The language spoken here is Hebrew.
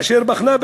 אשר בחנה,